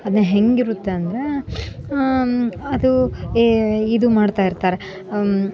ಅದನ್ನ ಹೇಗಿರುತ್ತೆ ಅಂದರೆ ಅದು ಏ ಇದು ಮಾಡ್ತಾಯಿರ್ತಾರೆ